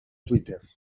twitter